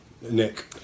Nick